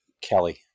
Kelly